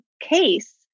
case